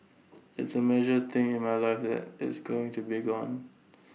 it's A major thing in my life that it's going to be gone